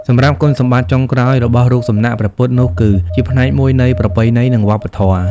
សម្រាប់គុណសម្បត្តិចុងក្រោយរបស់រូបសំណាកព្រះពុទ្ធនោះគឺ ជាផ្នែកមួយនៃប្រពៃណី និងវប្បធម៌។